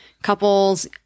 Couples